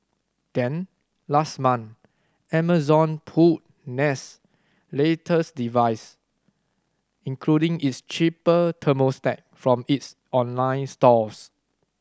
then last month Amazon pulled Nest latest device including its cheaper thermostat from its online stores